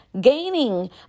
gaining